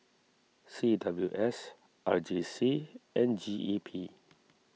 C W S R J C and G E P